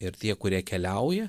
ir tie kurie keliauja